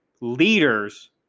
leaders